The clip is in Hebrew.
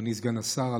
אדוני סגן השר,